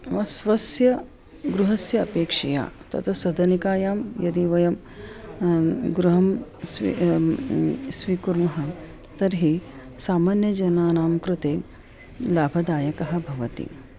म स्वस्य गृहस्य अपेक्षया तत् सदनिकायां यदि वयं गृहं स्वी स्वीकुर्मः तर्हि सामान्यजनानां कृते लाभदायकं भवति